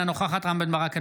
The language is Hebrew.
אינה נוכחת רם בן ברק,